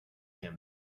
him